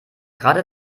gerade